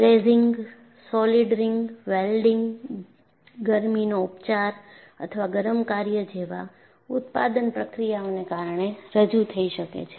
brazing soldering welding ગરમીનો ઉપચાર અથવા ગરમ કાર્ય જેવા ઉત્પાદન પ્રક્રિયાઓને કારણે રજૂ થઈ શકે છે